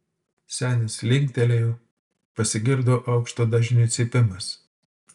senis linktelėjo pasigirdo aukšto dažnio cypimas